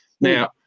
Now